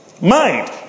Mind